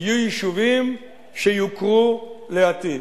יהיו יישובים שיוכרו לעתיד.